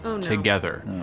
together